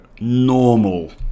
normal